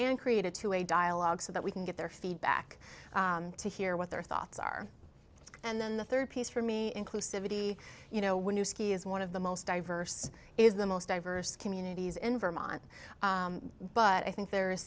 and create a two way dialogue so that we can get their feedback to hear what their thoughts are and then the third piece for me inclusive eighty you know when you ski is one of the most diverse is the most diverse communities in vermont but i think there is